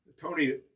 Tony